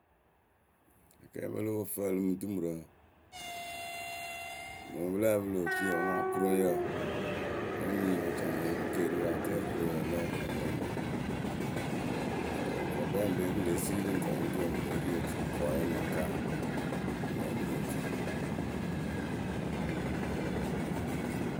Akɛɛpǝ loo fǝǝlɨ mɨ dumurǝ ŋpɨ pɨ lǝ́ǝ pɨlɨ otuyǝ mɨ kɨroŋyǝ mɨ ŋ nyiyǝ la caŋ keeriwǝ rǝ atɛɛkǝ kɨroŋyǝ lǝ́ǝ pɨlɨ wɨ ŋpaŋpa fɔkpɛɛyǝ ŋpe pɨ lée siri pɨ ŋ tɛlɩ mɨ otui kɔɔyǝ mɨŋkaawǝ tɛlɩ mɨ otui.